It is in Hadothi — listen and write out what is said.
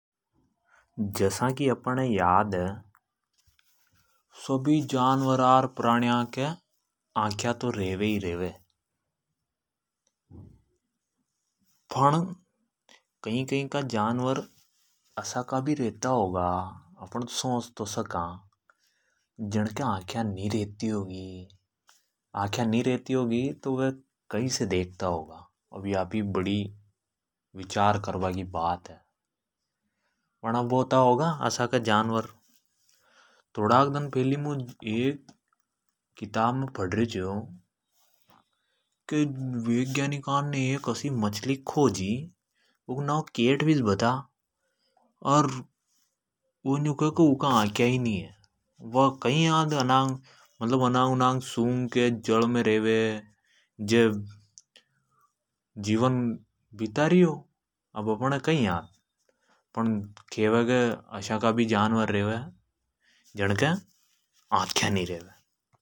जसा की अपन है याद है सभी जानवरा र प्राण्या के आंख्या तो रेवे ही रेवे। फण कई कई का जानवर असा का भी रेता होगा अपन सोच तो सका जण के आंख्या नि रेती होगी तो वे कसा देखता होगा। अब या भी बड़ी विचार करबा की बात है अब होता होगा असा का जानवर। थोड़ाक दन फेली मुं किताब में पढ़ रयो छो, क वैज्ञानिका ने एक असि मछली खोजी ऊँको नाव केटफिश बता। अर वे युं खे की ऊँके आंख्या नि अब वा कई याद अनांग उनांग सुंघ के जल मे रेवे। जीवन बिता री हो अब अपन है कई याद फण खवे की अशया भी जानवर रेवे जण के आंख्या नी रेवे।